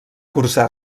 cursar